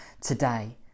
today